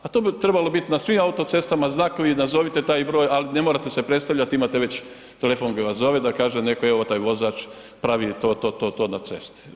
Pa to bi trebalo biti na svim autocestama znakovi, nazovite taj broj, ali ne morate se predstavljati, imate već telefon koji vas zove da kaže netko, evo, taj vozač pravi to, to, to na cesti.